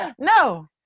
No